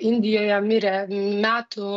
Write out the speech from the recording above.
indijoje mirė metų